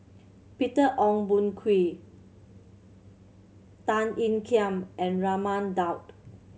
Peter Ong Boon Kwee Tan Ean Kiam and Raman Daud